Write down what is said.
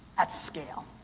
at scale.